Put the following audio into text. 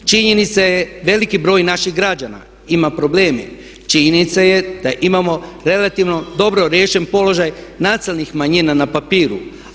Činjenica je veliki broj naših građana ima probleme, činjenica je da imamo relativno dobro riješen položaj nacionalnih manjina na papiru.